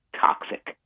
toxic